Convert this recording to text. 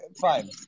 fine